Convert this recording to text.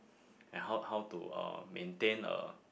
and how how to uh maintain a